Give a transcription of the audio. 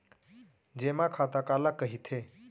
जेमा खाता काला कहिथे?